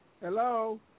Hello